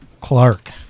Clark